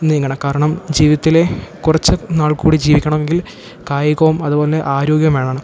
നീങ്ങണം കാരണം ജീവിതത്തിലെ കുറച്ച് നാൾക്കൂടി ജീവിക്കണമെങ്കിൽ കായികയും അതു പോലെ തന്നെ ആരോഗ്യം വേണം